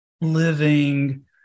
living